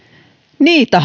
niitä